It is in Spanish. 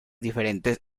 diferentes